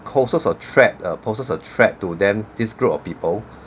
causes a threat uh poses a threat to them this group of people